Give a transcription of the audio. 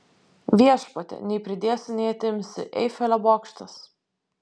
viešpatie nei pridėsi nei atimsi eifelio bokštas